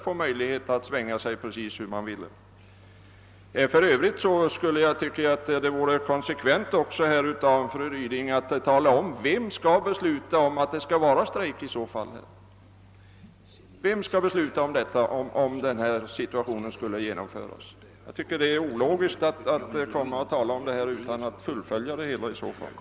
För övrigt skulle det vara konsekvent om fru Ryding också talade om, vem som skall besluta om strejk, om den situationen skulle inträda. Jag tycker det är ologiskt att inte futsfölja a resonemanget.